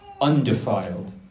undefiled